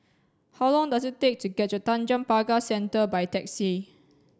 how long does it take to get to Tanjong Pagar Centre by taxi